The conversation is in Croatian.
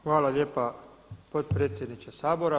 Hvala lijepa potpredsjedniče Sabora.